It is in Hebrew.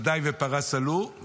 מדי ופרס עלו,